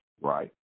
Right